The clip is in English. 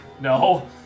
No